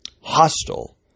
hostile